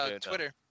Twitter